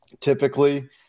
typically